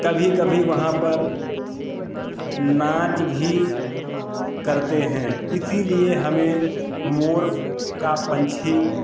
कभी कभी वहाँ पर नाच भी करते हैं इसीलिए हमें मोर का पंछी